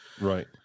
right